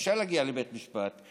אפשר להגיע לבית משפט,